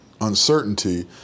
uncertainty